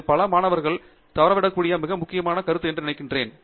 இது பல மாணவர்கள் தவறவிடக்கூடிய மிக முக்கியமான கருத்து என்று நினைக்கிறேன்